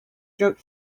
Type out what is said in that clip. jerk